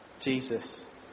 Jesus